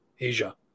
Asia